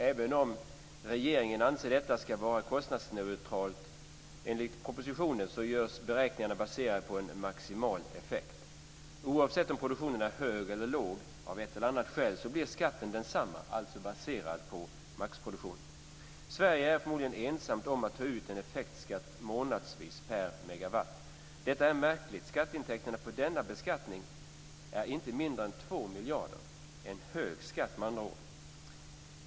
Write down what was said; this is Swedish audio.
Även om regeringen anser att detta ska vara kostnadsneutralt, enligt propositionen, görs beräkningarna baserade på en maximal effekt. Oavsett om produktionen är hög eller låg av ett eller annat skäl, blir skatten densamma, alltså baserad på maxproduktion. Sverige är förmodligen ensamt om att ta ut en effektskatt månadsvis per megawatt. Detta är märkligt. Skatteintäkterna på denna beskattning är inte mindre än 2 miljarder, en hög skatt med andra ord.